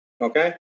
Okay